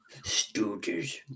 Stooges